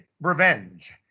revenge